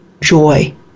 joy